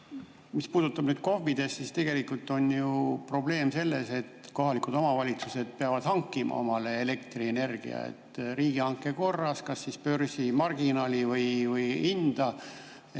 Mis puutub KOV-idesse, siis tegelikult on ju probleem selles, et kohalikud omavalitsused peavad hankima omale elektrienergia riigihanke korras, kas börsimarginaal või ‑hind.